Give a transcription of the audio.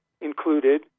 included